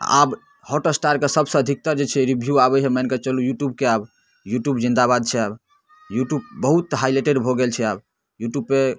आब हॉटस्टारके सबसँ अधिकतर जे छै रिव्यू आबै छै मानिकऽ चलू यूट्यूबके आब यूट्यूब जिन्दाबाद छै आब यूट्यूब बहुत हाइलाइटेड भऽ गेल छै आब यूट्यूबपर